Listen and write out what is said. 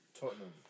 Tottenham